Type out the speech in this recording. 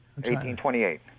1828